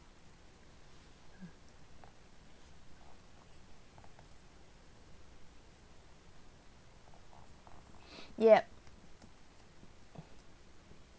yup